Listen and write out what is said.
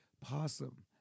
possum